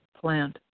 plant